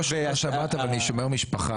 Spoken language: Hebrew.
אני לא שומר שבת אבל אני שומר משפחה.